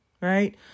right